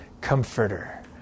comforter